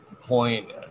point